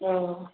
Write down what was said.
औ